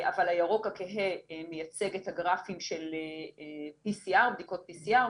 הירוק הכהה מייצג את הגרפים של בדיקות PCR,